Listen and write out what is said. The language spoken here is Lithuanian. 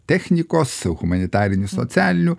technikos humanitarinių socialinių